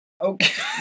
Okay